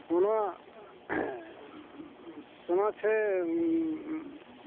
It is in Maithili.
सोना सोना छै